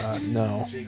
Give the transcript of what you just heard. no